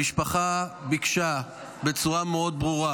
המשפחה ביקשה בצורה מאוד ברורה